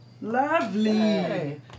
Lovely